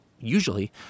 usually